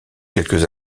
quelques